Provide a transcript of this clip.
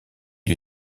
lui